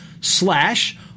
slash